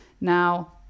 Now